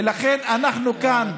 ולכן אנחנו כאן,